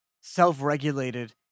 self-regulated